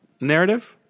narrative